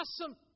awesome